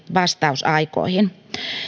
vastausaikoihin